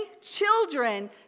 children